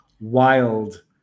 wild